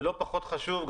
ולא פחות חשוב,